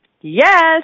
Yes